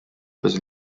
was